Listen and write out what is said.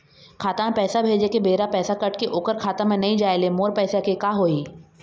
खाता म पैसा भेजे के बेरा पैसा कट के ओकर खाता म नई जाय ले मोर पैसा के का होही?